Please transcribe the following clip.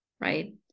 Right